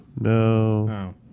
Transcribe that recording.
No